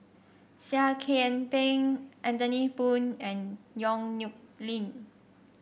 Seah Kian Peng Anthony Poon and Yong Nyuk Lin